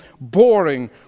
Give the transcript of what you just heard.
boring